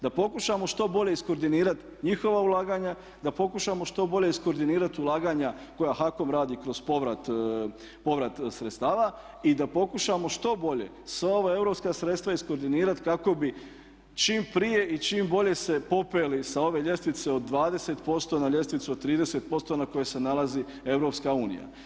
Da pokušamo što bolje iskordinirati njihova ulaganja da pokušamo što bolje iskordinirati ulaganja koja HAKOM radi kroz povrat sredstava i da pokušamo što bolje sva ova europska sredstva iskordinirati kako bi čim prije i čim bolje se popele sa ove ljestvice od 20% na ljestvicu od 30% na kojoj se nalazi EU.